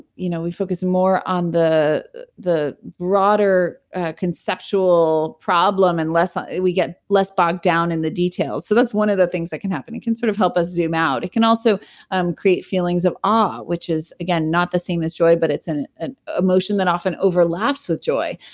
you know we focus more on the the broader conceptual problem and ah we get less bogged down in the details. so, that's one of the things that can happen. it can sort of help us zoom out it can also um create feelings of awe which is again, not the same as joy but it's an an emotion that often overlaps with joy.